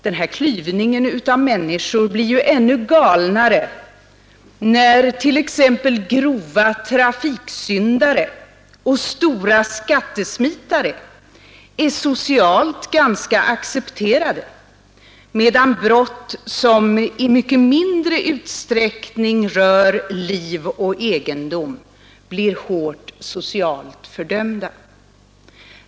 Den här klyvningen av människor blir ju ännu galnare, när t.ex. grova trafiksyndare och stora skattesmitare är socialt ganska accepterade, medan brott som i mycket mindre utsträckning rör liv och egendom blir hårt socialt fördömda.